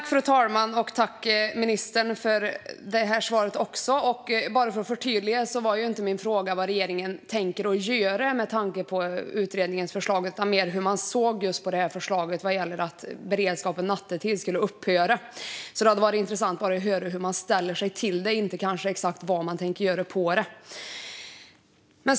Fru talman! Tack, ministern, för detta svar också! Men låt mig bara förtydliga: Min fråga var ju inte vad regeringen tänker göra mot bakgrund av utredningens förslag, utan jag undrade mer hur man såg på just förslaget om att beredskapen nattetid skulle upphöra. Det hade varit intressant att höra hur man ställer sig till det - inte nödvändigtvis exakt vad man tänker göra i frågan.